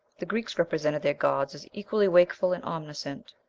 the greeks represented their gods as equally wakeful and omniscient.